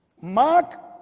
Mark